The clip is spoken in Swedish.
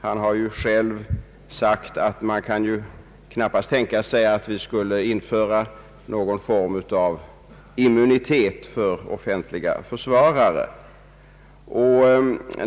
Han har själv sagt att man knappast kan tänka sig att vi skulle införa någon form av immunitet för offentliga försvarare.